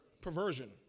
Perversion